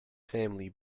family